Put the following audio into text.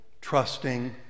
trusting